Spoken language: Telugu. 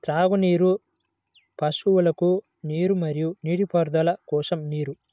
త్రాగునీరు, పశువులకు నీరు మరియు నీటిపారుదల కోసం నీరు